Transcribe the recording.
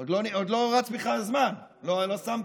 עוד לא רץ בכלל הזמן, לא שמת.